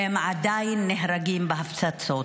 והם עדיין נהרגים בהפצצות.